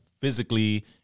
physically